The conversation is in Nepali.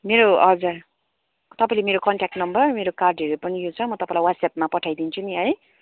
मेरो हजुर तपाईँले मेरो कन्ट्याक्ट नम्बर मेरो कार्डहरू पनि यो चाहिँ म तपाईँलाई वाट्सएपमा पठाइदिन्छु नि है